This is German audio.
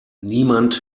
niemand